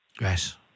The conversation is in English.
Yes